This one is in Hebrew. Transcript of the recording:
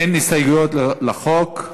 אין הסתייגויות לחוק,